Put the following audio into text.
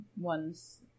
ones